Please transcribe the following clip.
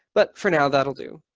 but for now, that'll do.